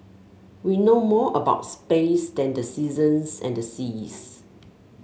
we know more about space than the seasons and the seas